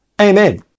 Amen